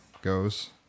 goes